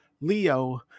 Leo